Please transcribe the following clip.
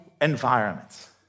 environments